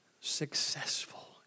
successful